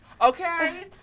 Okay